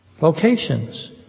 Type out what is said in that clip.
locations